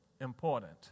important